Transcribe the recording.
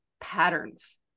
patterns